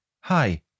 Hi